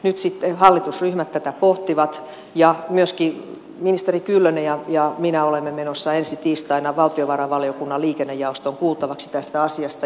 nyt sitten hallitusryhmät tätä pohtivat ja myöskin ministeri kyllönen ja minä olemme menossa ensi tiistaina valtiovarainvaliokunnan liikennejaostoon kuultaviksi tästä asiasta